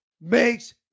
makes